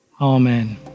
Amen